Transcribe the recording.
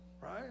right